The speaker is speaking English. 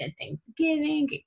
Thanksgiving